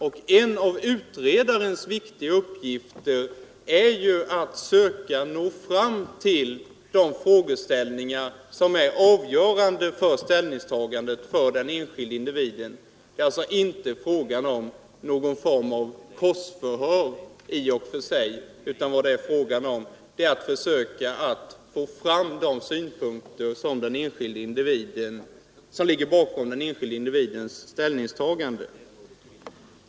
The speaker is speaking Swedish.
Och en av utredarens viktiga uppgifter är ju att söka nå fram till de frågeställningar som är avgörande för den enskilde individens ställningstagande. Det är alltså i och för sig inte fråga om någon form av korsförhör, utan vad det gäller är att försöka få fram de synpunkter som ligger bakom den enskilde individens ställningstagande.